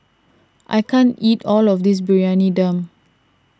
I can't eat all of this Briyani Dum